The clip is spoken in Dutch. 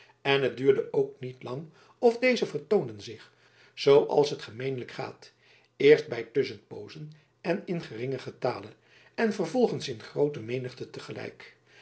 en het duurde ook niet lang of dezen vertoonden zich zooals het gemeenlijk gaat eerst bij tusschenpoozen en in geringen getale en vervolgens in groote menigte